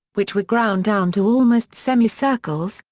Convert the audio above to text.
which were ground down to almost semicircles,